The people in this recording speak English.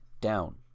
down